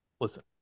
listen